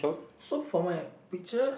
so from my picture